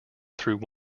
through